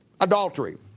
adultery